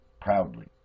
Proudly